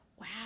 Wow